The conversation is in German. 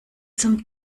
zum